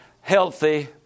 healthy